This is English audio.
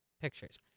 pictures